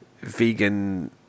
vegan